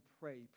pray